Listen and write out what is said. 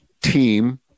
team